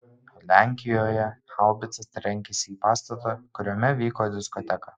lenkijoje haubica trenkėsi į pastatą kuriame vyko diskoteka